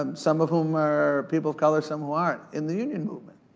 um some of whom are people of color, some who aren't, in the union movement.